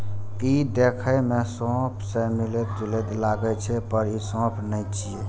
ई देखै मे सौंफ सं मिलैत जुलैत लागै छै, पर ई सौंफ नै छियै